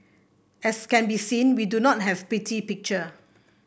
as can be seen we do not have pretty picture